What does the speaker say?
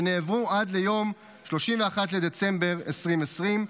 שנעברו עד יום 31 בדצמבר 2020,